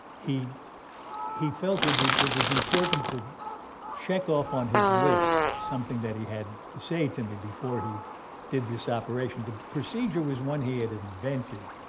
he he felt it was it was important to check off on his list something that he had to say to me before he did this operation. the procedure was one he had invented.